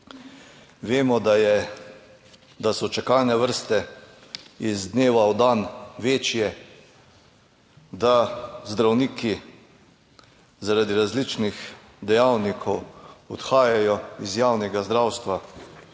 Vemo, da so čakalne vrste iz dneva v dan večje, da zdravniki zaradi različnih dejavnikov odhajajo iz javnega zdravstva.